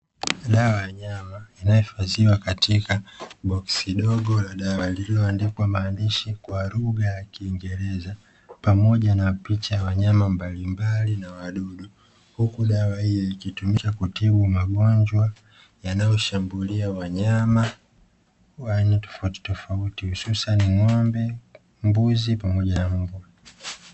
Dawa ya wanyama inayohifadhiwa katika boksi dogo la dawa iliyoandikwa maandishi kwa lugha ya kiingereza pamoja na picha ya wanyama mbalimbali na wadudu, huku dawa hii ikitumika kutibu magonjwa yanayosumbua wanyama tofauti tofauti kama ng’ombe, mbuzi pamoja na mbwa.